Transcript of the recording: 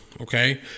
okay